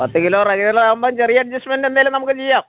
പത്ത് kilo regular ആകുമ്പോൾ ചെറിയ അഡ്ജസ്റ്റ്മെൻറ്റ് എന്തെങ്കിലും നമുക്ക് ചെയ്യാം